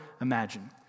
imagine